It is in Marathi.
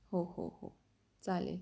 हो हो हो चालेल